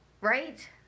right